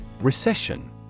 Recession